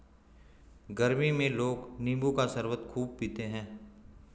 गरमी में लोग नींबू का शरबत खूब पीते है